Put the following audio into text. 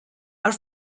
are